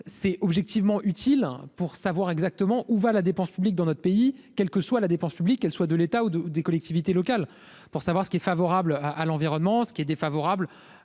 c'est objectivement utile pour savoir exactement où va la dépense publique dans notre pays, quelle que soit la dépense publique, qu'elle soit de l'État ou de des collectivités locales pour savoir ce qui est favorable à l'environnement, ce qui est défavorable